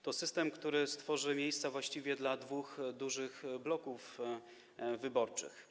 To system, który stworzy miejsca właściwie dla dwóch dużych bloków wyborczych.